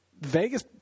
Vegas